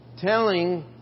telling